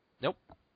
Nope